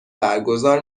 برگزار